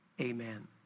amen